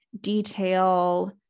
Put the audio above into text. detail